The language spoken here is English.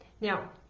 Now